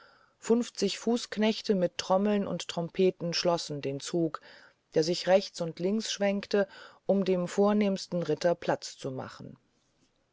funfzig fußknechte mit trommeln und trompeten schlossen den zug der sich rechts und links schwenkte um dem vornehmsten ritter platz zu machen